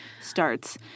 starts